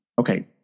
Okay